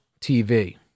TV